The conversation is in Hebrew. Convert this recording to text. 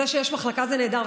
זה שיש מחלקה זה נהדר,